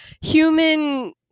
human